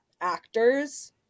actors